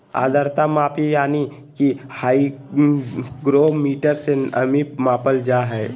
आद्रता मापी यानी कि हाइग्रोमीटर से नमी मापल जा हय